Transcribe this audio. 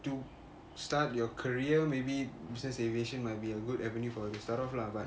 to start your career maybe besides aviation might be a good avenue for you start off lah but